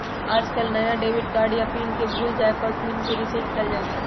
आजकल नया debit card या पिन के भूल जाये पर ही पिन के रेसेट कइल जाहई